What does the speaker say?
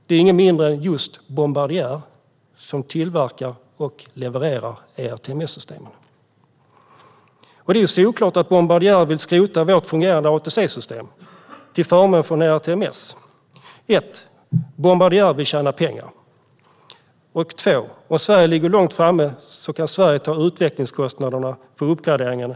Det är ingen mindre än just Bombardier som tillverkar och levererar ERTMS. Det är solklart att Bombardier vill skrota vårt fungerande ATC-system till förmån för ERTMS. Bombardier vill tjäna pengar, och om Sverige ligger långt framme kan Sverige ta utvecklingskostnaderna för uppgraderingen.